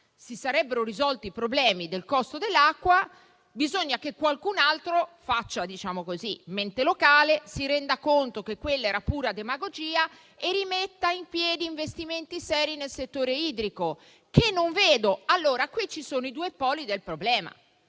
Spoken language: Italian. si sarebbero risolti i problemi del costo dell'acqua, bisogna che qualcun altro faccia mente locale, si renda conto che quella era pura demagogia e rimetta in piedi investimenti seri nel settore idrico, che non vedo. Qui ci sono i due poli del problema: